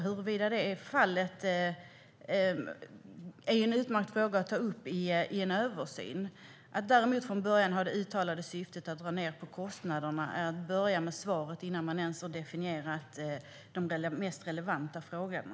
Huruvida det är fallet är en utmärkt fråga att ta upp i en översyn. Att däremot från början ha det uttalade syftet att man ska dra ned på kostnaderna är att börja med svaret innan man ens har definierat de mest relevanta frågorna.